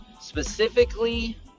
specifically